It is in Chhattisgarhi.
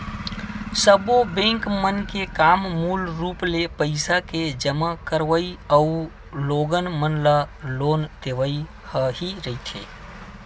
सब्बो बेंक मन के काम मूल रुप ले पइसा के जमा करवई अउ लोगन मन ल लोन देवई ह ही रहिथे